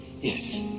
Yes